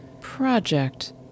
Project